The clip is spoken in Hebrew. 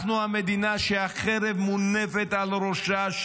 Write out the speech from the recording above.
אנחנו המדינה שהחרב מונפת על ראשה,